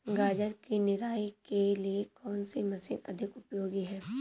गाजर की निराई के लिए कौन सी मशीन अधिक उपयोगी है?